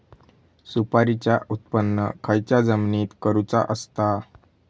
सुपारीचा उत्त्पन खयच्या जमिनीत करूचा असता?